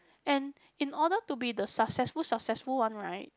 and in order to be the successful successful one right